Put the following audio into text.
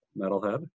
metalhead